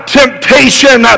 temptation